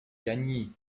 gagny